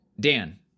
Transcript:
Dan